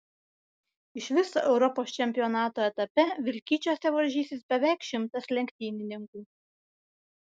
iš viso europos čempionato etape vilkyčiuose varžysis beveik šimtas lenktynininkų